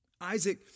Isaac